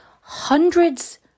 hundreds